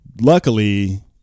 Luckily